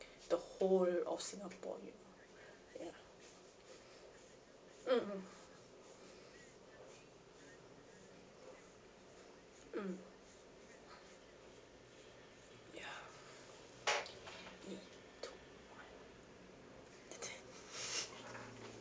the whole of singapore ya mm mm mm ya